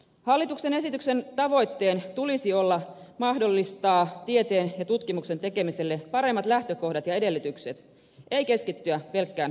hallituksen esityksen tavoitteena tulisi olla mahdollistaa tieteen ja tutkimuksen tekemiselle paremmat lähtökohdat ja edellytykset ei keskittyä pelkkään byrokratiaan